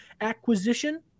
acquisition